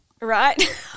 right